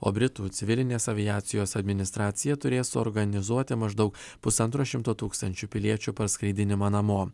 o britų civilinės aviacijos administracija turės suorganizuoti maždaug pusantro šimto tūkstančių piliečių perskraidinimą namo